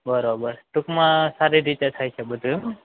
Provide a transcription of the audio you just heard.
બરોબર ટૂંકમાં સારી રીતે થાય છે બધું એવું